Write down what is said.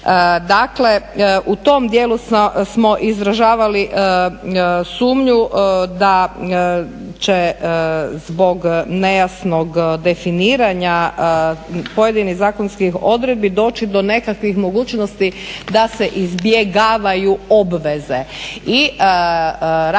Dakle, u tom dijelu smo izražavali sumnju da će zbog nejasnog definiranja pojedinih zakonskih odredbi doći do nekakvih mogućnosti da se izbjegavaju obveze.